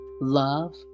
love